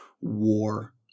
war